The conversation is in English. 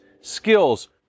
skills